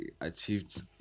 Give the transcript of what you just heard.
achieved